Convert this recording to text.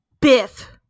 Biff